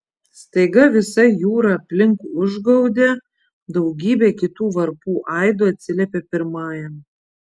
staiga visa jūra aplink užgaudė daugybė kitų varpų aidu atsiliepė pirmajam